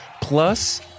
plus